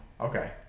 okay